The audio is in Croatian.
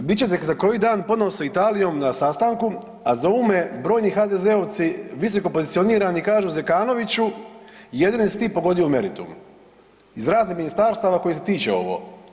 Bit ćete za koji dan ponovno sa Italijom na sastanku, a zovu me brojni HDZ-ovci visokopozicionirani i kažu Zekanoviću jedini si ti pogodio meritum iz raznih ministarstava kojih se tiče ovo.